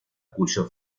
cuyo